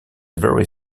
very